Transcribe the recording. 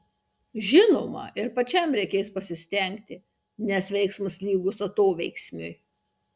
žinoma ir pačiam reikės pasistengti nes veiksmas lygus atoveiksmiui